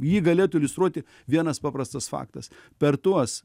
jį galėtų iliustruoti vienas paprastas faktas per tuos